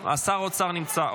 שר האוצר נמצא.